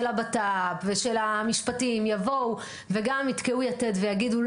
של הבט"פ ושל המשפטים יבואו וגם יתקעו יתד ויגידו: